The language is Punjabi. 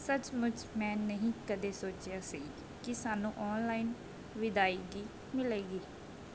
ਸੱਚਮੁੱਚ ਮੈਂ ਨਹੀਂ ਕਦੇ ਸੋਚਿਆ ਸੀ ਕਿ ਸਾਨੂੰ ਔਨਲਾਈਨ ਵਿਦਾਇਗੀ ਮਿਲੇਗੀ